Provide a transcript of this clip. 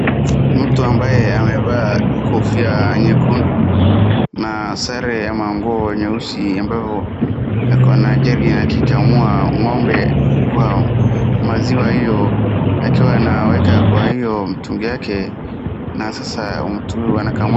Mtu ambaye amevaa kofia nyekundu na sare ya manguo nyeusi ambayo ako na jagi akikamua ng'ombe kwa maziwa hiyo akiwa anaweka kwa hiyo mtungi yake na sasa.